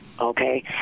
Okay